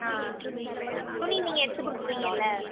ஆ ஆ துணி நீங்கள் எடுத்து கொடுத்துடுவீங்கல